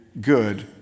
good